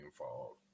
involved